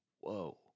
whoa